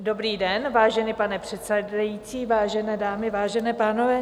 Dobrý den, vážený pane předsedající, vážené dámy, vážení pánové.